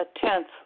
tenth